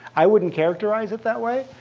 i wouldn't characterize it that way.